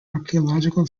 archaeological